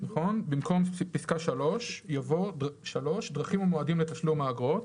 "(ב)במקום פסקה (3) יבוא: "(3)דרכים ומועדים לתשלום האגרות,